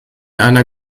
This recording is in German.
einer